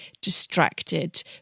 distracted